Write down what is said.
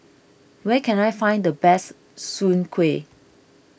where can I find the best Soon Kuih